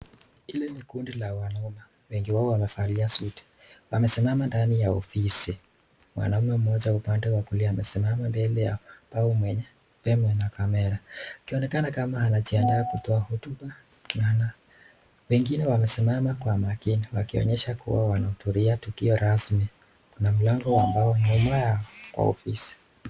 Ile ni kundi la wanaume, wengi wao wamevalia suti wamesimama ndani ya ofisi, mwanaume mmoja upande wa kulia amesimama mbele ya ambao mwenye pia ana camera akionekana kama anajiandaa kutoa hotuba, wengine wamesimama kwa makini wakionyesha kuwa wanahudhuria tukio rasmi, kuna mlango ambao umemwaya kwa ofisi.